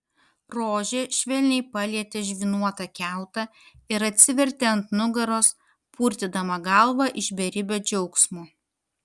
rožė švelniai palietė žvynuotą kiautą ir atsivertė ant nugaros purtydama galvą iš beribio džiaugsmo